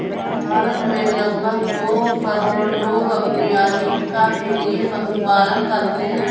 भारत में लगभग दो करोड़ लोग अपनी आजीविका के लिए पशुपालन करते है